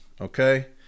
okay